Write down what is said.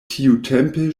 tiutempe